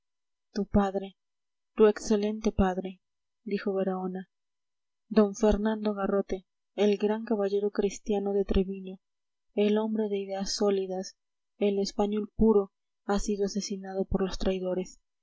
tu padre tu excelente padre dijo baraona d fernando garrote el gran caballero cristiano de treviño el hombre de ideas sólidas el español puro ha sido asesinado por los traidores